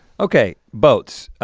okay boats.